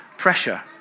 pressure